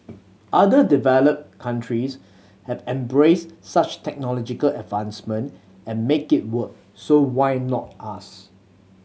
other developed countries have embraced such technological advancement and make it work so why not us